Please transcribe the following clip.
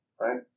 right